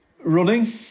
Running